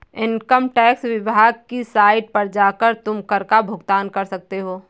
income tax विभाग की site पर जाकर तुम कर का भुगतान कर सकते हो